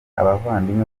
abavandimwe